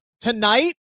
tonight